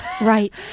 Right